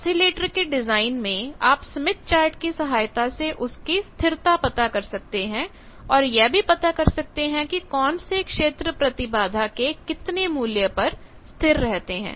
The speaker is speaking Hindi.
औसीलेटर के डिजाइन में आप स्मिथ चार्ट की सहायता से उसकी स्थिरता पता कर सकते हैं और यह भी पता कर सकते हैं कि कौन से क्षेत्र प्रतिबाधा के कितने मूल्य पर स्थिर रहते हैं